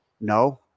no